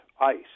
ice